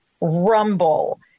Rumble